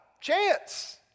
Chance